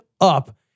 up